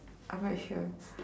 I'm not sure